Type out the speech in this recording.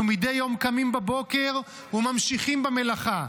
אנחנו מדי יום קמים בבוקר וממשיכים במלאכה.